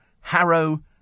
Harrow